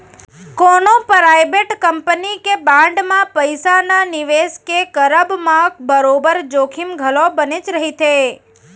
कोनो private company के bond म पइसा न निवेस के करब म बरोबर जोखिम घलौ बनेच रहिथे